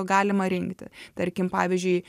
galima rinkti tarkim pavyzdžiui